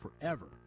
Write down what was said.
forever